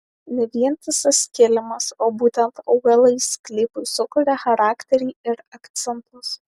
ne vientisas kilimas o būtent augalai sklypui sukuria charakterį ir akcentus